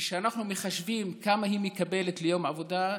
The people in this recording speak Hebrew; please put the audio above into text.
כשאנחנו מחשבים כמה היא מקבלת ליום עבודה,